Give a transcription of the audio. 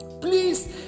Please